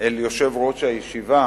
אל יושב-ראש הישיבה,